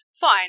fine